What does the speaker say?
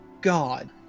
God